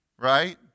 Right